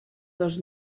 dos